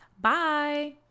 bye